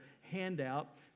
handout